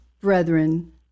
brethren